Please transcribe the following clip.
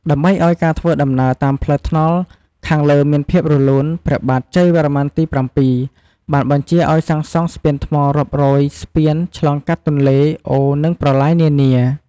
ដើម្បីឲ្យការធ្វើដំណើរតាមផ្លូវថ្នល់ខាងលើមានភាពរលូន ព្រះបាទជ័យវរ្ម័នទី៧ បានបញ្ជាឲ្យសាងសង់ ស្ពានថ្ម រាប់រយស្ពានឆ្លងកាត់ទន្លេ អូរ និងប្រឡាយនានា។